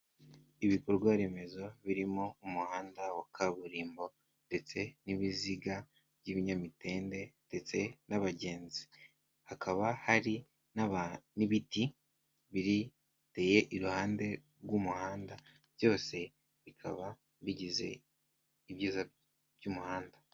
Ibikorwaremezo birimo umuhanda wa kaburimbo ndetse n'ibiziga by'ibinyamitende ndetse n'abagenzi, hakaba hari n'ibiti biriteye iruhande rw'umuhanda byose bikaba bigize ibyiza by'umuhanda.